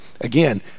Again